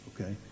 okay